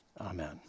Amen